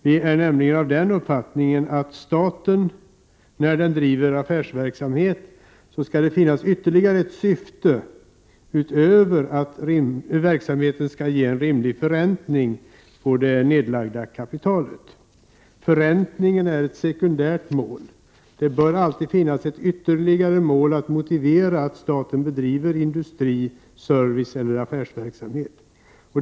Vi är nämligen av den uppfattningen att när staten driver affärsverksamhet skall det finnas ytterligare ett syfte utöver att verksamheten skall ge en rimlig förräntning på det nedlagda kapitalet. Förräntningen är ett sekundärt mål. Det bör alltid finnas ett ytterligare mål för att motivera att staten bedriver industri-, serviceeller affärsverksamhet.